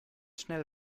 schnell